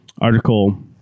article